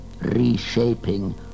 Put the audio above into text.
reshaping